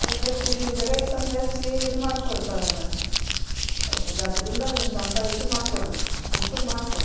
ಅದಕ್ಕೆ ಹಚ್ಚಿ ನೀವು ಜಾಗ ಇತ್ತಂದ್ರೆ ಹಚ್ಚಿ ಇದು ಮಾಡಿಕೊಳ್ಪಾ ಅದು ಅದರಿಂದ ನಿಮ್ಮ ಸಂಪ ಇದು ಮಾಡಿಕೊಳ್ರಿ ಅನ್ಕೂಲ ಮಾಡಿಕೊಳ್ರಿ